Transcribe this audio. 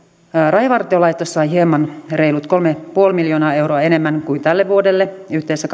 rajavartiolaitos sai hieman reilut kolme pilkku viisi miljoonaa euroa enemmän kuin tälle vuodelle yhteensä